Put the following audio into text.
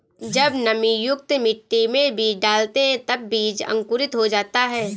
जब नमीयुक्त मिट्टी में बीज डालते हैं तब बीज अंकुरित हो जाता है